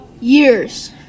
years